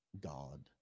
God